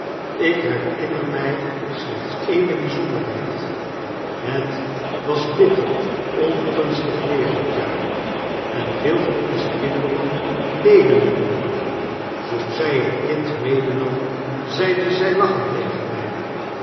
ik herinner my slechts eene byzonderbeid het was bitter ongunstig weer datjaar en veel van onze kinderen leden er onder toen zy het kind medenam zeide zy lachend tegen my